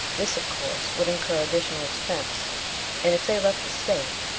this, of course, would incur additional expense and if they left the state,